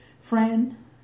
Friend